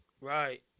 Right